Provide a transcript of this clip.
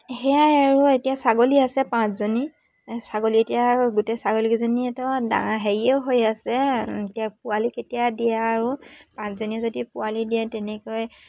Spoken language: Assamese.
সেয়াই আৰু এতিয়া ছাগলী আছে পাঁচজনী ছাগলী এতিয়া গোটেই ছাগলীকেইজনী হেৰিয়ে হৈ আছে এতিয়া পোৱালি কেতিয়া দিয়ে আৰু পাঁচজনী যদি পোৱালি দিয়ে তেনেকৈ